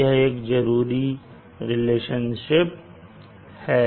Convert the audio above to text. यह एक जरूरी रिलेशनशिप है